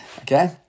Okay